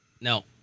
no